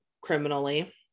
criminally